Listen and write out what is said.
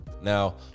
Now